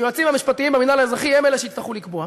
היועצים המשפטיים במינהל האזרחי הם שיצטרכו לקבוע.